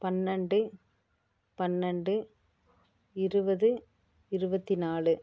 பன்னெண்டு பன்னெண்டு இருபது இருபத்தி நாலு